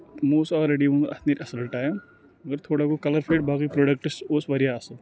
تِمو اوس آلریڈی ووٚنمُت اَتھ نیرِ اَصٕل ٹایم مگر تھوڑا گوٚو کَلَر فیڈ باقٕے پرٛوڈَکٹَس اوس واریاہ اَصٕل